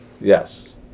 Yes